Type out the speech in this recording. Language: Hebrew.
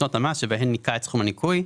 לשנות המס שבהן ניכה את סכום הניכוי.